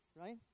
right